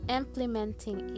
implementing